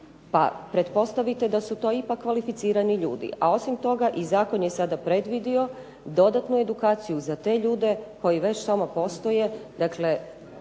pa pretpostavite da su to ipak kvalificirani ljudi, a osim toga i zakon je sada predvidio dodatnu edukaciju za te ljude koji već tamo postoje.